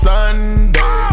Sunday